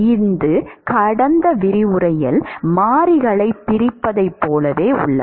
இது கடந்த விரிவுரையில் மாறிகளைப் பிரிப்பதைப் போலவே உள்ளது